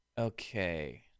Okay